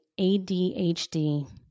ADHD